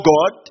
God